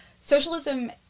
Socialism